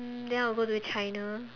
then I will go to China